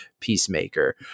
Peacemaker